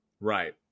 right